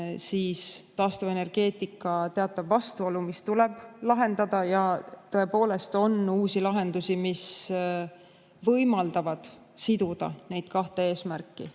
ja taastuvenergeetika teatav vastuolu, mis tuleb lahendada. Tõepoolest on uusi lahendusi, mis võimaldavad siduda neid kahte eesmärki.